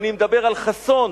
ואני מדבר על חסון,